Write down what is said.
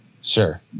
Sure